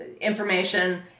information